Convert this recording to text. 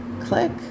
click